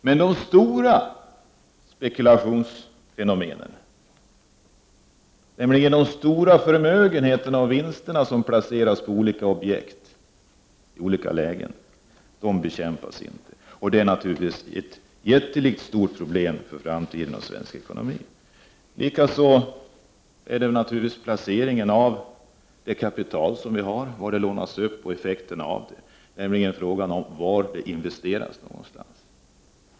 Men de stora spekulationsfenomenen, nämligen de stora förmögenheterna och vinsterna, som placeras på olika objekt i olika lägen, bekämpas inte. Det är ett jättelikt problem för framtiden i svensk ekonomi. Detta gäller naturligtvis också placeringen av det kapital vi har — var det lånas upp och effekterna av det, var det investeras någonstans.